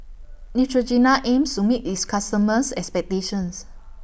Neutrogena aims to meet its customers' expectations